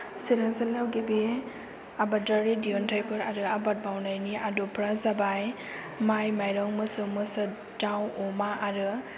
सोलोंसालिआव गिबि आबादारि दिहुनथायफोर आरो आबाद मावनायनि आदबफ्रा जाबाय माइ माइरं मोसौ मोसो दाव अमा आरो